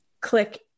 click